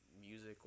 music